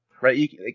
right